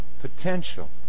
potential